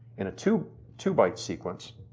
in a two two by sequence,